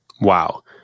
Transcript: Wow